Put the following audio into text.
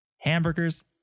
Hamburgers